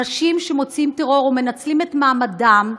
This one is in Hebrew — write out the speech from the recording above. אנשים שמוציאים טרור ומנצלים את מעמדם,